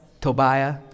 Tobiah